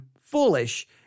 foolish